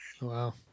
Wow